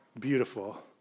beautiful